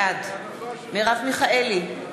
בעד מרב מיכאלי,